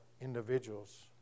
individuals